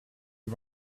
you